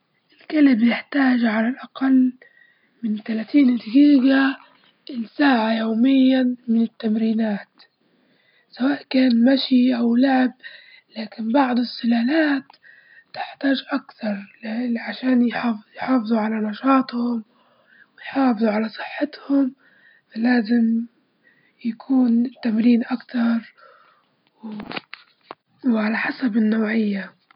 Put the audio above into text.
الكلب يحتاج على الأقل من تلاتين دقيقة الساعة يوميًا من التمرينات، سواء كان مشي أو لعب لكن بعض السلالات تحتاج أكثر ل- عشان يحاف- يحافظوا على نشاطهم ويحافظوا على صحتهم لازم يكون التمرين أكثر وعلى حسب النوعية.